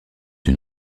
une